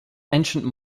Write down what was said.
ancient